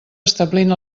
establint